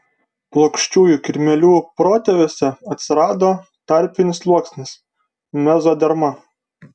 plokščiųjų kirmėlių protėviuose atsirado tarpinis sluoksnis mezoderma